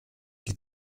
die